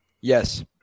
Yes